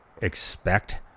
expect